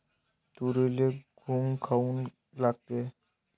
तुरीले घुंग काऊन लागते?